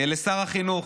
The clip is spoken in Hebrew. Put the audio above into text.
לשר החינוך,